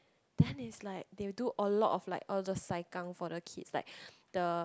then is like they will do a lot of like all the sai kang for the kids like the